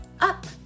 up